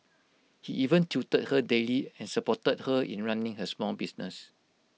he even tutored her daily and supported her in running her small business